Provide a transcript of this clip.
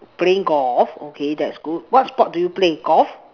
playing golf okay that's good what sport do you play golf